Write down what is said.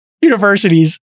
universities